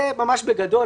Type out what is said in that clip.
זה ממש בגדול.